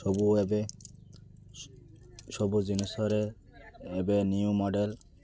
ସବୁ ଏବେ ସବୁ ଜିନିଷରେ ଏବେ ନିୟୁ ମଡେଲ